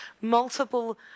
multiple